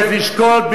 צריך לשקול,